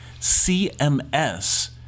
CMS